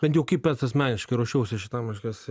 bent jau kaip pats asmeniškai ruošiausi šitam reiškias